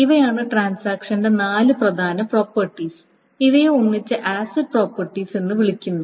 ഇവയാണ് ട്രാൻസാക്ഷന്റെ നാല് പ്രധാന പ്രോപ്പർട്ടീസ് ഇവയെ ഒന്നിച്ച് ആസിഡ് പ്രോപ്പർട്ടീസ് എന്ന് വിളിക്കുന്നു